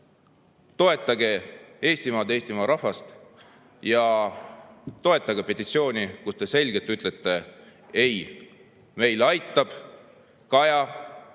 toetage Eestimaad, Eestimaa rahvast ja toetage petitsiooni, millega te selgelt ütlete, et ei, meile aitab, Kaja,